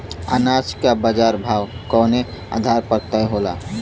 अनाज क बाजार भाव कवने आधार पर तय होला?